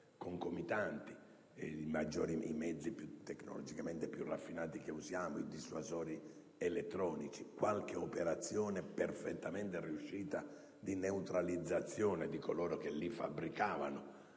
concomitanti (i mezzi tecnologicamente più raffinati che impieghiamo, i dissuasori elettronici e qualche operazione perfettamente riuscita di neutralizzazione di coloro che li fabbricavano,